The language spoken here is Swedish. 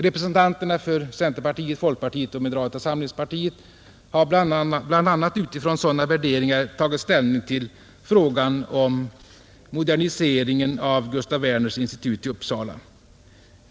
Representanterna för centerpartiet, folkpartiet och moderata samlingspartiet har bl.a. utifrån sådana värderingar tagit ställning till frågan om moderniseringen av Gustaf Werners institut i Uppsala.